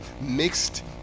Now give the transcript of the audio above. mixed